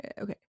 okay